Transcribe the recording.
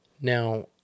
Now